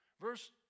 verse